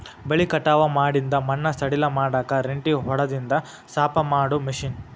ಬೆಳಿ ಕಟಾವ ಮಾಡಿಂದ ಮಣ್ಣ ಸಡಿಲ ಮಾಡಾಕ ರೆಂಟಿ ಹೊಡದಿಂದ ಸಾಪ ಮಾಡು ಮಿಷನ್